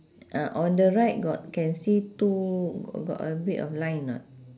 ah on the right got can see two got a bit of line or not